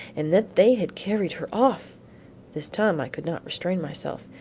and that they had carried her off this time i could not restrain myself.